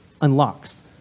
unlocks